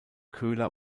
köhler